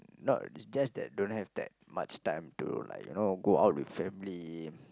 not it's just that don't have that much time to like you know go out with family